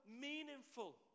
meaningful